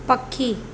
पखी